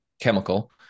chemical